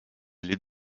les